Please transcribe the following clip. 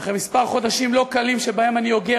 ואחרי כמה חודשים לא קלים שבהם אני אוגר